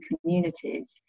communities